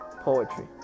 poetry